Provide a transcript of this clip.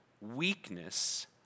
Weakness